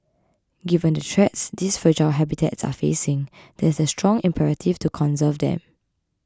given the threats these fragile habitats are facing there is a strong imperative to conserve them